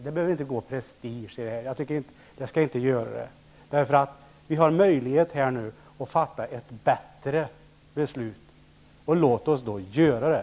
Det behöver inte gå prestige i detta. Vi har nu möjlighet att fatta ett bättre beslut. Låt oss då göra det.